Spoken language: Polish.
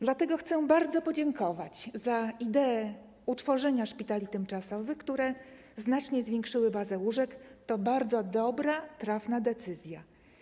Dlatego bardzo chcę podziękować za ideę utworzenia szpitali tymczasowych, które znacznie zwiększyły bazę łóżek, to bardzo dobra, trafna decyzja.